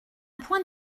point